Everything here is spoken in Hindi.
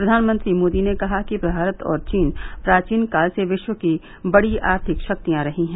प्रधानमंत्री मोदी ने कहा कि भारत और चीन प्राचीन काल से विश्व की बड़ी आर्थिक शक्तियां रही हैं